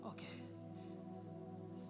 Okay